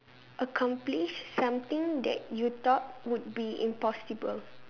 accomplish something that you thought would be impossible